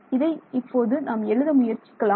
இதை இப்போது நாம் எழுத முயற்சிக்கலாம்